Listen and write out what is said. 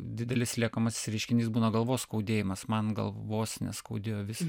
didelis liekamasis reiškinys būna galvos skaudėjimas man galvos neskaudėjo visa